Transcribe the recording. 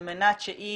על מנת שהיא